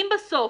אם בסוף,